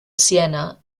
siena